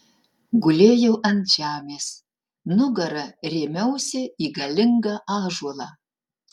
gulėjau ant žemės nugara rėmiausi į galingą ąžuolą